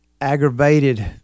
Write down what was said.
aggravated